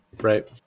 Right